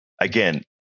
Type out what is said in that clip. Again